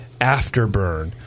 afterburn